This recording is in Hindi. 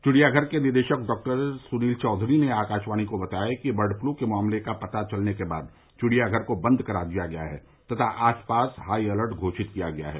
चिड़ियाधर के निदेशक डॉ सुनील चौधरी ने आकाशवाणी को बताया कि बर्डफ्लू के मामले का पता चलने के बाद चिड़ियाधर को बंद करा दिया गया है तथा क्षेत्र के आसपास हाई अलर्ट घोषित किया गया है